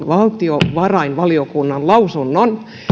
valtiovarainvaliokunnan lausunnon